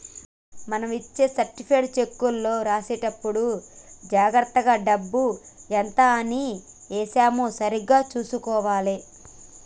మనం ఇచ్చే సర్టిఫైడ్ చెక్కులో రాసేటప్పుడే జాగర్తగా డబ్బు ఎంత అని ఏశామో సరిగ్గా చుసుకోవాలే